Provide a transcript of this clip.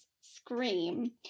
Scream